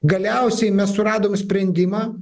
galiausiai mes suradom sprendimą